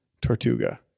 Tortuga